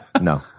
No